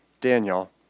Daniel